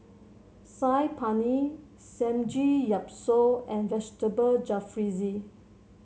Saag Paneer Samgeyopsal and Vegetable Jalfrezi